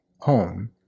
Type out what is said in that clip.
home